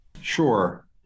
Sure